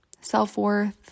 self-worth